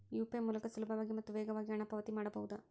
UPI ಮೂಲಕ ಸುಲಭವಾಗಿ ಮತ್ತು ವೇಗವಾಗಿ ಹಣ ಪಾವತಿ ಮಾಡಬಹುದಾ?